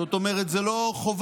זאת אומרת שזה לא חובה,